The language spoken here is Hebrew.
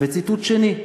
וציטוט שני: